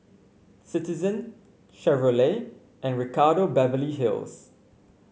Citizen Chevrolet and Ricardo Beverly Hills